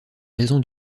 raison